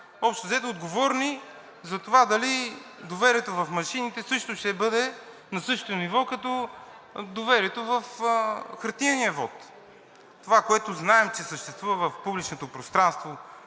общо взето отговорни за това дали доверието в машините ще бъде на същото ниво като доверието в хартиения вот. Това, което знаем, е, че съществува в публичното пространство